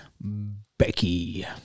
Becky